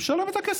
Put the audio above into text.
ומשלמת את הכסף,